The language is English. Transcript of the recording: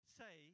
say